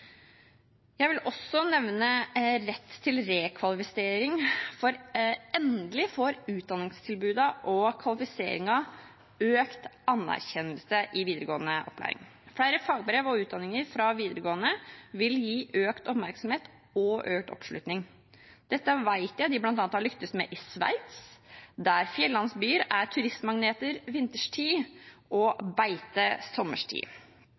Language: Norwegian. Jeg vil også nevne rett til rekvalifisering, for endelig får utdanningstilbudene og kvalifiseringen økt anerkjennelse i videregående opplæring. Flere fagbrev og utdanninger fra videregående vil gi økt oppmerksomhet og økt oppslutning. Dette vet jeg de bl.a. har lykkes med i Sveits, der fjellandsbyer er turistmagneter vinterstid og beite sommerstid.